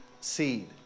seed